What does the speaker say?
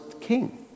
king